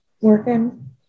working